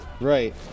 right